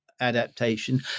adaptation